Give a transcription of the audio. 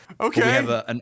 Okay